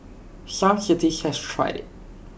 some cities has tried IT